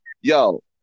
yo